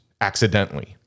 accidentally